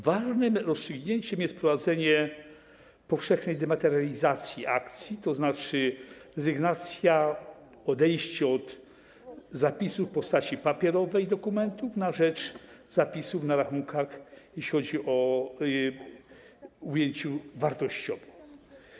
Ważnym rozstrzygnięciem jest wprowadzenie powszechnej dematerializacji akcji, tzn. rezygnacja, odejście od postaci papierowej dokumentów na rzecz zapisów na rachunkach, jeśli chodzi o rachunki papierów wartościowych.